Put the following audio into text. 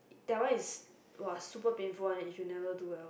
that one is !wah! super painful one if you never do well